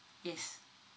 yes